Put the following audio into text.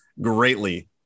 greatly